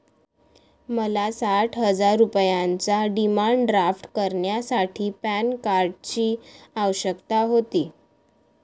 मला साठ हजार रुपयांचा डिमांड ड्राफ्ट करण्यासाठी पॅन कार्डची आवश्यकता होती